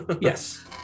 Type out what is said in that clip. Yes